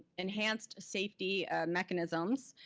enhanced safety mechanisms,